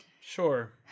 Sure